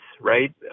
right